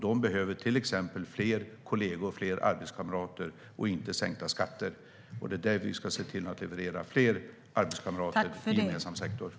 De behöver till exempel fler kollegor och fler arbetskamrater, inte sänkta skatter. Vi ska se till att leverera fler arbetskamrater i den gemensamma sektorn.